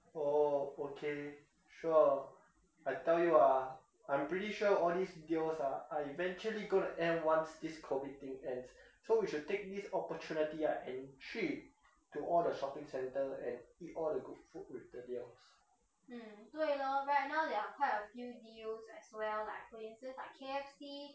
oh okay sure I tell you ah I'm pretty sure all these deals ah are eventually gonna end once this COVID thing ends so we should take this opportunity right and 去 to all the shopping centres and eat all the good food with the deals